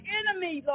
enemy